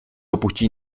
opuścili